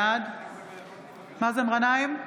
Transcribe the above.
בעד מאזן גנאים,